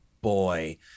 boy